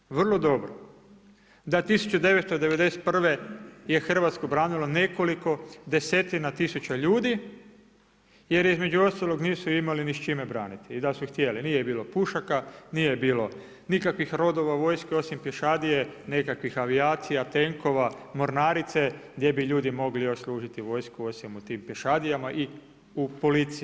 Svi znamo vrlo dobro da 1991. je Hrvatsku branilo nekoliko desetina tisuća ljudi jer između ostalog nisu imali ni s čime braniti i da su htjeli, nije bilo pušaka, nije bilo nikakvih rodova vojske osim pješadije, nekakvih avijacija, tenkova, mornarice gdje bi ljudi mogli još služiti vojsku osim u tim pješadijama i u policiji.